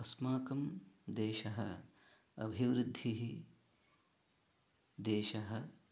अस्माकं देशः अभिवृद्धिः देशः